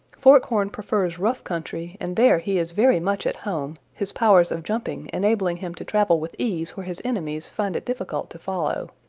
forkhorn prefers rough country and there he is very much at home, his powers of jumping enabling him to travel with ease where his enemies find it difficult to follow.